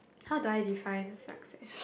how do I define success